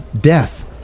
death